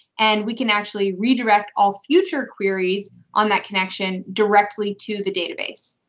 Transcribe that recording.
and we can actually redirect all future queries on that connection directly to the database.